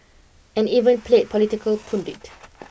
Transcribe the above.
and even played political pundit